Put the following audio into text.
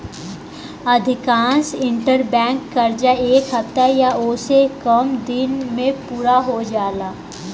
अधिकांश इंटरबैंक कर्जा एक हफ्ता या ओसे से कम दिन में पूरा हो जाला